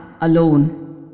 alone